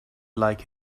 like